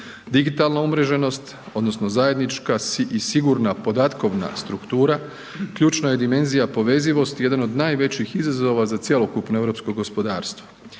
Digitalna umreženost, odnosno zajednička i sigurna podatkovna struktura ključna je dimenzija povezivosti, jedan od najvećih izazova za cjelokupno europsko gospodarstvo.